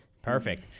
Perfect